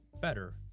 better